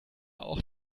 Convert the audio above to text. auch